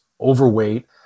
overweight